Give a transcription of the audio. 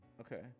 Okay